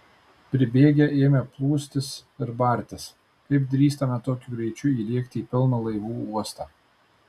pribėgę ėmė plūstis ir bartis kaip drįstame tokiu greičiu įlėkti į pilną laivų uostą